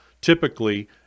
Typically